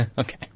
Okay